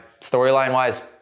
storyline-wise